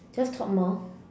just talk more